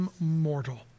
immortal